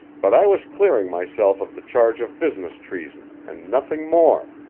but i was clearing myself of the charge of business treason, and nothing more.